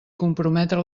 comprometre